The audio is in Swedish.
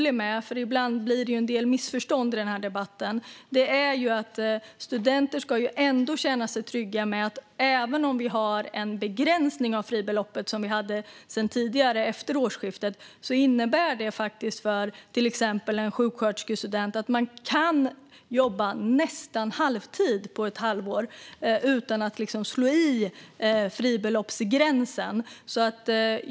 Ibland blir det en del missförstånd i debatten, och för att studenter ändå ska känna sig trygga vill jag vara tydlig med att även om vi har en begränsning av fribeloppet - något som vi hade sedan tidigare, efter årsskiftet - innebär det att till exempel en sjuksköterskestudent kan jobba nästan halvtid på ett halvår utan att slå i fribeloppsgränsen.